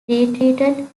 retreated